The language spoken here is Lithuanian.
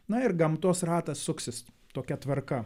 na ir gamtos ratas suksis tokia tvarka